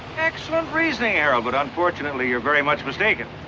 excellent reasoning, harold! but unfortunately, you're very much mistaken.